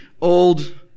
old